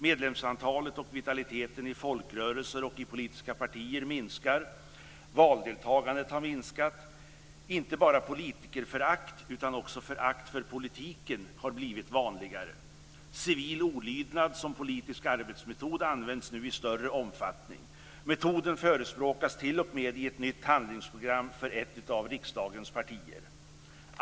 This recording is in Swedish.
Medlemsantalet och vitaliteten i folkrörelser och i politiska partier minskar. Valdeltagandet har minskat. Inte bara politikerförakt utan också förakt för politiken har blivit vanligare. Civil olydnad som politisk arbetsmetod används nu i större omfattning. Metoden förespråkas t.o.m. i ett nytt handlingsprogram för ett av riksdagens partier.